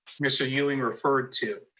mr. ewing referred to.